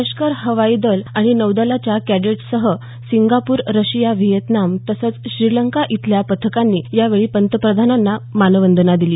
लष्कर हवाई दल आणि नौदलाच्या कॅडेट्ससह सिंगापूर रशिया व्हिएतनाम तसंच श्रीलंका इथल्या पथकांनी यावेळी पंतप्रधानांना मानवंदना दिली